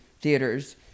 theaters